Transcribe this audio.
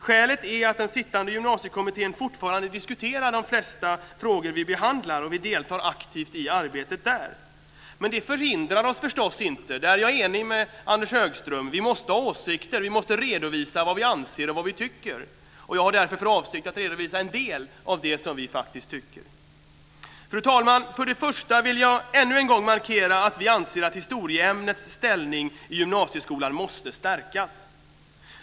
Skälet är att den sittande Gymnasiekommittén fortfarande diskuterar de flesta frågor som vi behandlar, och vi deltar aktivt i arbetet där. Men det förhindrar oss förstås inte från att ha åsikter - där är jag enig med Anders Högström. Vi måste ha åsikter, och vi måste redovisa vad vi anser och vad vi tycker. Jag har därför för avsikt att redovisa en del av vad vi tycker. Fru talman! För det första vill jag ännu en gång markera att vi anser att historieämnets ställning i gymnasieskolan måste stärkas.